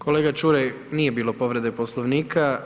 Kolega Čuraj, nije bilo povrede Poslovnika.